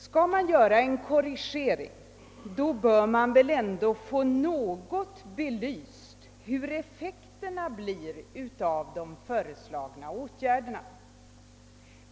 Skall man göra en korrigering, bör man väl ändå få något belyst vilka effekterna blir av de föreslagna åtgärderna.